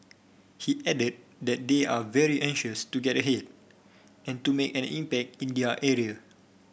he added that they are very anxious to get ahead and to make an impact in their area